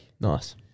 Nice